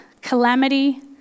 calamity